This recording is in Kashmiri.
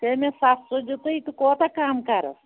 ژےٚ مےٚ سَستہٕ دِتُے تہٕ کوتاہ کَم کَرَس